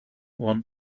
want